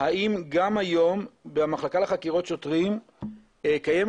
האם גם היום במחלקה לחקירות שוטרים קיימת